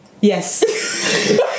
Yes